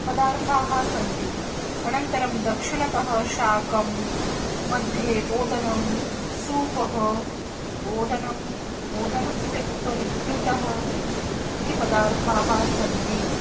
पदार्थाः सन्ति अनन्तरं दक्षिणतः शाकं मध्ये ओदनं सूपः ओदनम् ओदनस्य उपरि घृतः इति पदार्थाः सन्ति